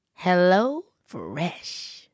HelloFresh